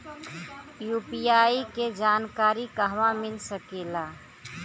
UPI के जानकारी कहवा मिल सकेले?